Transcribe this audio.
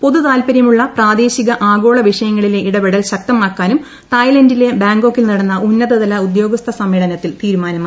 പൊതുതാൽപര്യമുള്ള പ്രാദേശിക ആഗോള വിഷയങ്ങളിലെ ഇടപെടൽ ശക്തമാക്കാനും തായ്ലന്റിലെ ബാങ്കോക്കിൽ നടന്ന ഉന്നതതല ഉദ്യോഗസ്ഥ സമ്മേളനത്തിൽ തീരുമാനമായി